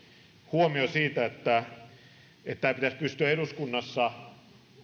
huomio siitä että tässä pitäisi pystyä eduskunnassa